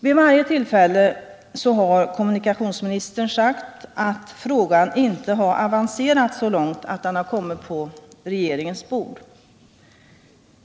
Vid varje tillfälle har kommunikationsministern sagt att frågan inte har avancerat så långt att den kommit på regeringens bord.